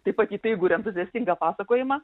taip pat įtaigų ir entuziastingą pasakojimą